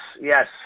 yes